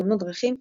תאונות דרכים,